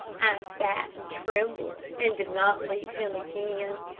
sat, and trembled, and did not leave him again.